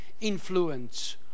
influence